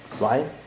right